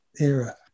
era